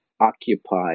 occupy